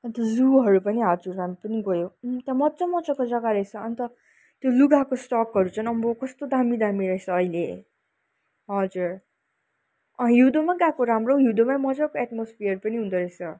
अन्त जुहरू पनि हजुर हामी पनि गयो अन्त मजा मजाको जग्गा रहेछ अन्त त्यो लुगाको स्टकहरू झन् आम्बो कस्तो दामी दामी रहेछ अहिले हजुर हिउँदोमा गएको राम्रो हिउँदोमा मजाको एटमोस्फियर पनि हुँदो रहेछ